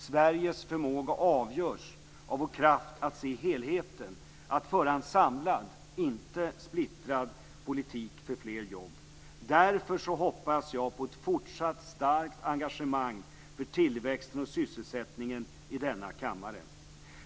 Sveriges förmåga avgörs av vår kraft att se helheten, att föra en samlad, inte splittrad, politik för fler jobb. Därför hoppas jag på ett fortsatt starkt engagemang för tillväxten och sysselsättningen i denna kammare.